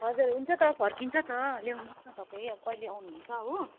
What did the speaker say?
हजुर हुन्छ त फर्किन्छ त ल्याउनु होस् न तपाईँ अब कहिले आउनु हुन्छ हो